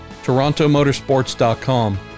TorontoMotorsports.com